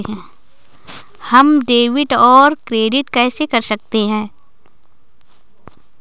हम डेबिटऔर क्रेडिट कैसे कर सकते हैं?